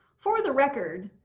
for the record,